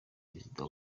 perezida